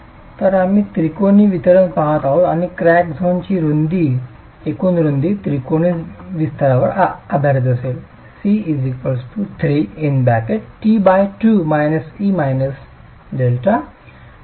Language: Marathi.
तर आम्ही त्रिकोणी वितरण पाहत आहोत आणि क्रॅक झोनची एकूण रुंदी त्रिकोणी वितरणावर आधारित असेल